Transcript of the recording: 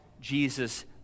Jesus